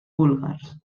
búlgars